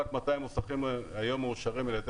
רק 200 מוסכים היום מאושרים על ידי